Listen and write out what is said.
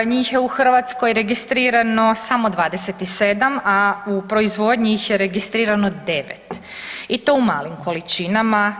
Njih je u Hrvatskoj registrirano samo 27, a u proizvodnji ih je registrirano 9 i to u malim količinama.